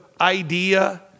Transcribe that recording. idea